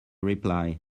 reply